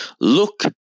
Look